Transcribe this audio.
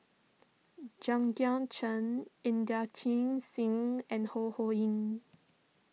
Chen Inderjit Singh and Ho Ho Ying